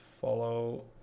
follow